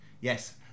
yes